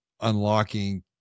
unlocking